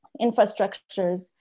infrastructures